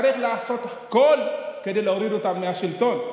צריך לעשות הכול כדי להוריד אותם מהשלטון.